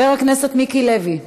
חבר הכנסת מיקי לוי,